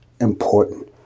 important